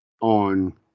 on